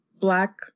black